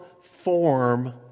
form